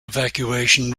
evacuation